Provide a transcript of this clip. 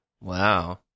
wow